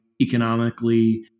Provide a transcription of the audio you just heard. economically